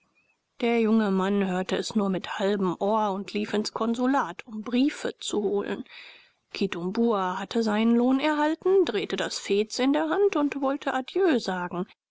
der junge mann hörte es nur mit halbem ohr und lief ins konsulat um briefe zu holen kitumbua hatte seinen lohn erhalten drehte das fez in der hand und wollte adieu sagen